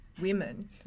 women